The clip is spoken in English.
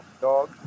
dog